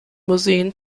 museen